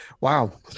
Wow